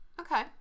okay